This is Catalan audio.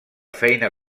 feina